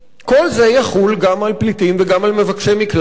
כל זה יחול גם על פליטים וגם על מבקשי מקלט,